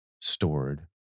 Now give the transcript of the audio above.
stored